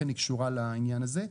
לכן היא קשורה לענין הזה,